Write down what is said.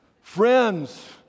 Friends